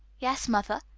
yes, mother.